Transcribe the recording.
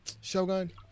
Shogun